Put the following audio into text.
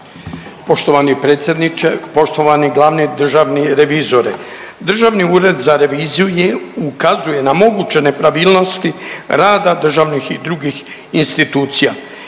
Poštovani predsjedniče, poštovani glavni državni revizore, Državni ured za reviziju je ukazuje na moguće nepravilnosti rada državnih i drugih institucija.